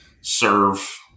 serve